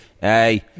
Hey